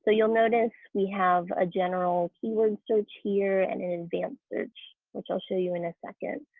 ah you'll notice we have a general keyword search here and an advanced search which i'll show you in a second,